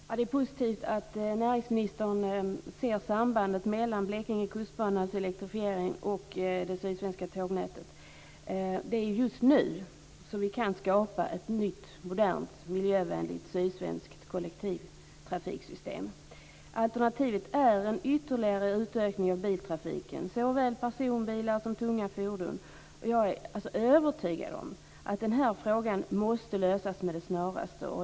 Herr talman! Det är positivt att näringsministern ser sambandet mellan Blekinge kustbanas elektrifiering och det sydsvenska tågnätet. Det är just nu som vi kan skapa ett nytt modernt, miljövänligt sydsvenskt kollektivtrafiksystem. Alternativet är en ytterligare utökning av biltrafiken, med såväl personbilar som tunga fordon. Jag är övertygad om att den här frågan måste lösas med det snaraste.